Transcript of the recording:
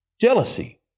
jealousy